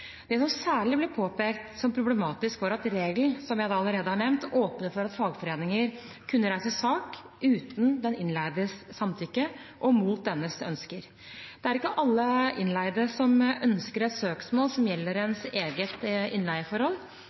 Det som særlig ble påpekt som problematisk, var at regelen, som jeg allerede har nevnt, åpnet for at fagforeninger kunne reise sak uten den innleides samtykke og mot dennes ønsker. Det er ikke alle innleide som ønsker et søksmål som gjelder ens eget innleieforhold.